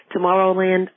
Tomorrowland